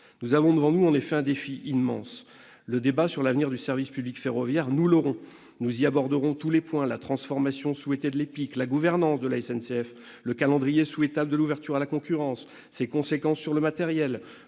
Nous avons en effet devant nous un défi immense. Le débat sur l'avenir du service public ferroviaire, nous l'aurons. Nous y aborderons tous les points : la transformation souhaitée de l'EPIC, la gouvernance de la SNCF, le calendrier souhaitable de l'ouverture à la concurrence, ses conséquences sur le matériel,